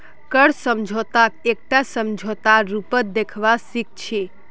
कर्ज समझौताक एकटा समझौतार रूपत देखवा सिख छी